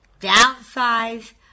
downsize